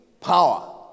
power